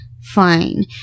fine